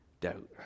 doubt